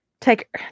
Take